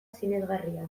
sinesgarria